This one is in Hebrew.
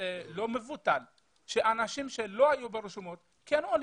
לא מבוטל שאנשים שלא היו ברשימות כן עולים.